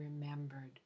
remembered